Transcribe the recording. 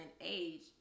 age